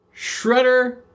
Shredder